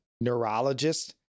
neurologist